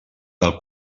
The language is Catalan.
del